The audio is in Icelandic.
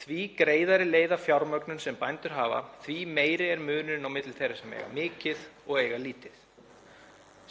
Því greiðari leið að fjármögnun sem bændur hafa, því meiri er munurinn á milli þeirra sem eiga mikið og eiga lítið.